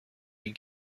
این